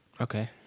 okay